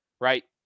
right